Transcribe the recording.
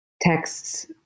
texts